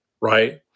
right